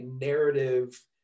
narrative